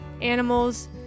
animals